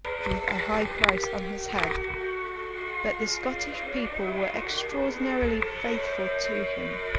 with a high price on his head but the scottish people were extraordinarily faithful to him,